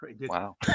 Wow